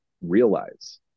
realize